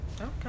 Okay